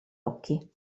occhi